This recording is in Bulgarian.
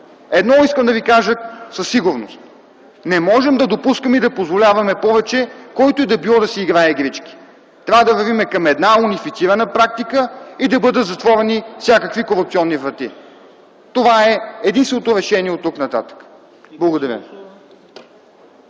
Едно искам да Ви кажа със сигурност – не можем да допускаме и да позволяваме повече който и да било да си играе игрички. Трябва да вървим към една унифицирана практика и да бъдат затворени всякакви корупционни врати. Това е единственото решение оттук нататък. Благодаря